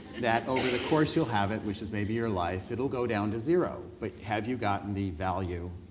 that over the course you'll have it, which is maybe your life, it'll go down to zero. but have you gotten the value